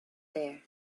there